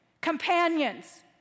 companions